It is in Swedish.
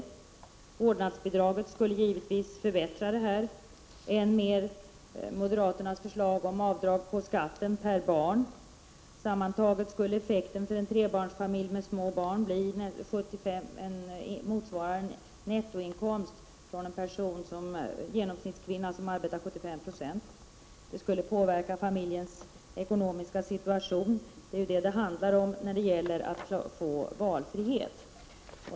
Ett vårdnadsbidrag skulle givetvis förbättra situationen och än mer moderaternas förslag om att få göra ett avdrag på skatten per barn. : Detta förslag skulle för en trebarnsfamilj ha samma effekt som en nettoinkomst från en genomsnittskvinna som arbetar 75 90 av full arbetstid. Det skulle påverka familjens ekonomiska situation, och det är ju detta det handlar om när det gäller att få valfrihet.